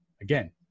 Again